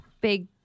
Big